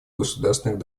государственных